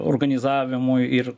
organizavimui ir